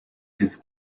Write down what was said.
this